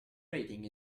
rating